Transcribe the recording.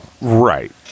Right